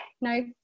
no